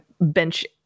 bench